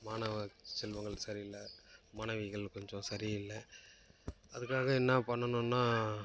மாணவ செல்வங்கள் சரி இல்லை மாணவிகள் கொஞ்சம் சரி இல்லை அதுக்காக என்ன பண்ணணும்னா